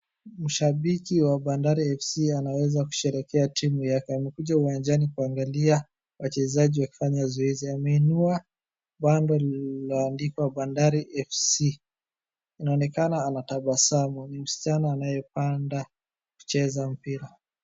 Mshabiki wa Bandari ya FC anaweza kusherekea timu yake. Amekuja uwanjani kuangalia wachezaji wakifanya zoezi. Ameinua bango lililoandikwa Bandari FC. Inaonekana anatabasamu. Ni msichana anayepanda kucheza mpira.